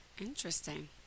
Interesting